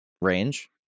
range